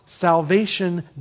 salvation